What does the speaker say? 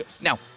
Now